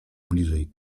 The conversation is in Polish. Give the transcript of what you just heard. bliżej